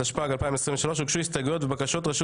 התשפ"ג 2023 הוגשו הסתייגויות ובקשות רשות